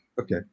Okay